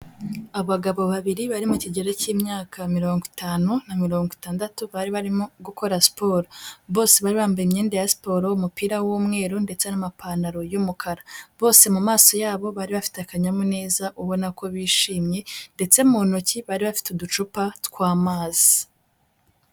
Abagabo babiri bari mu kigero cy'imyaka mirongo itanu na mirongo itandatu, bari barimo gukora siporo, bose bari bambaye imyenda ya siporo, umupira w'umweru, ndetse n'amapantaro y'umukara, bose mu mumaso yabo bari bafite akanyamuneza ubona ko bishimye, ndetse mu ntoki bari bafite uducupa tw'amazi.